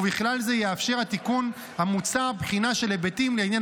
ובכלל זה יאפשר התיקון המוצע בחינה של היבטים לעניין